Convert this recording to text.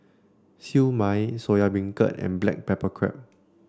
Siew Mai Soya Beancurd and Black Pepper Crab